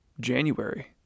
January